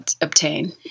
obtain